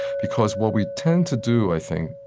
because what we tend to do, i think,